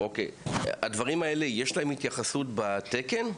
לדברים האלה יש התייחסות בתקן?